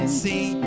see